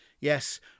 Yes